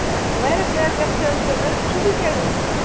اَچھا وارِیاہ کٲرۍ گر چھِ حظ کِنۍ أڑۍ چھِ چھُٹی پٮ۪ٹھ گٲمٕتۍ